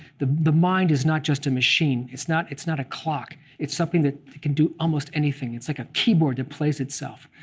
the the mind is not just a machine. it's not it's not a clock. it's something that can do almost anything. it's like a keyboard that plays itself.